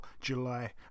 July